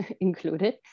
included